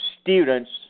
students